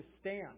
stand